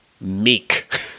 meek